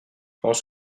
pense